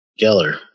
Geller